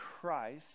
Christ